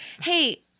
Hey